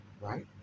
Right